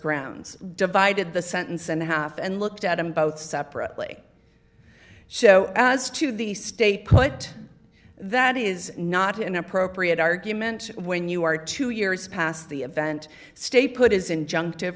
grounds divided the sentence and a half and looked at them both separately so as to the stay put that is not an appropriate argument when you are two years past the event stay put is injun